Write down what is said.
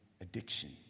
addiction